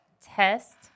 test